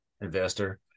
Investor